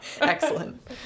excellent